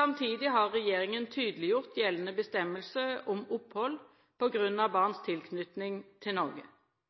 Samtidig har regjeringen tydeliggjort gjeldende bestemmelse om opphold på grunn av barns tilknytning til Norge.